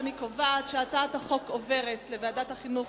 אני קובעת שהצעת החוק עוברת לוועדת החינוך,